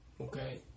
Okay